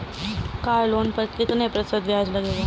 Car loan पर कितने प्रतिशत ब्याज लगेगा?